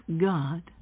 God